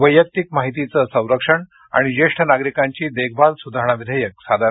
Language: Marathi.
वैयक्तिक माहितीचं संरक्षण आणि ज्येष्ठ नागरिकांची देखभाल सुधारणा विधेयक सादर